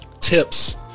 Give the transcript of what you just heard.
tips